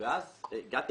ואז הגעתי